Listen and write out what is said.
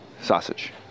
Sausage